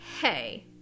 hey